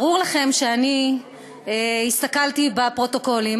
ברור לכם שאני הסתכלתי בפרוטוקולים,